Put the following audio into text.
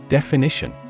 Definition